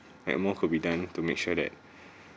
and more could be done to make sure that